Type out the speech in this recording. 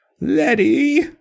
Letty